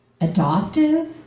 adoptive